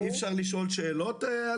שאחרי חיסון שני,